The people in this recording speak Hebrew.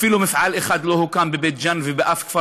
אפילו מפעל אחד לא הוקם בבית-ג'ן ובשום כפר